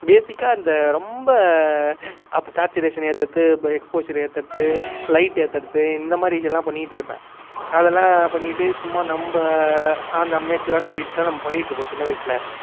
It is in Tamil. பேசிக்காக இந்த ரொம்ப அப்போ சேட்சுரேஷனு ஏத்துறது இப்போ எக்ஸ்போஷரு ஏத்துறது லைட் ஏத்துறது இந்த மாதிரி விஷயம்லாம் பண்ணிட்டுருப்பேன் அதலாம் பண்ணிக்கிட்டு சும்மா நம்ம அந்த அமெச்சூரான எடிட்ஸ்லாம் நம்ம பண்ணிட்டுருப்போம் சின்ன வயசுல